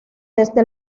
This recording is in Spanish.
desde